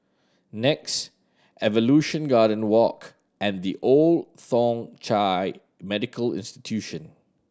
NEX Evolution Garden Walk and The Old Thong Chai Medical Institution